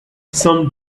some